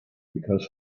because